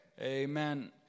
Amen